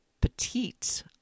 petite